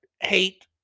hate